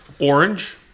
Orange